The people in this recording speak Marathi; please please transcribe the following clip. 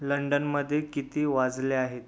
लंडनमध्ये किती वाजले आहेत